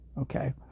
Okay